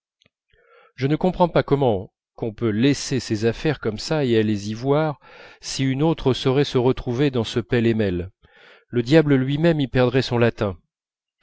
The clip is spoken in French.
je ne comprends pas comment qu'on peut laisser ses affaires comme ça et allez-y voir si une autre saurait se retrouver dans ce pêle et mêle le diable lui-même y perdrait son latin